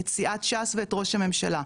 את סיעת ש"ס ואת ראש הממשלה,